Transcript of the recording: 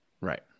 Right